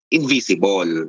Invisible